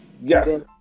Yes